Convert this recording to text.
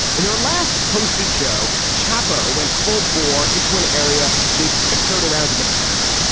in their last posted show, chapo went full bore into an area they've tiptoed around in the past.